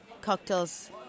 cocktails